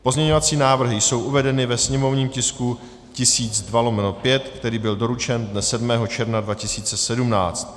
Pozměňovací návrhy jsou uvedeny ve sněmovním tisku 1002/5, který byl doručen dne 7. června 2017.